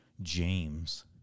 James